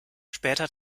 später